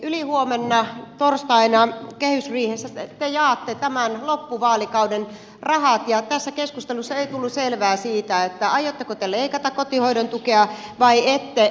ylihuomenna torstaina kehysriihessä te jaatte tämän loppuvaalikauden rahat ja tässä keskustelussa ei tullut selvää siitä aiotteko te leikata kotihoidon tukea vai ette